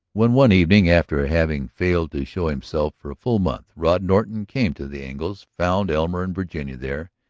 when one evening, after having failed to show himself for a full month, rod norton came to the engles', found elmer and virginia there,